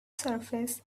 surface